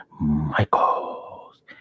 Michaels